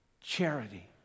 charity